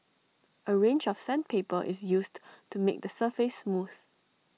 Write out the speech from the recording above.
A range of sandpaper is used to make the surface smooth